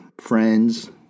friends